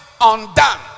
undone